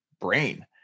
brain